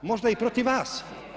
Možda i protiv vas.